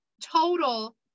total